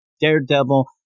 Daredevil